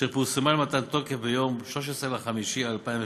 אשר פורסמה למתן תוקף ביום 13 במאי 2013,